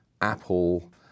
Apple